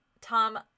tom